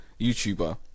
youtuber